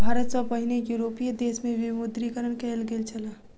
भारत सॅ पहिने यूरोपीय देश में विमुद्रीकरण कयल गेल छल